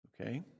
okay